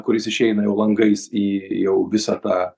kuris išeina jau langais į jau visą tą